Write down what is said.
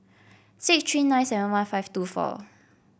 six three nine seven one five two four